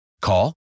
Call